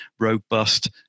robust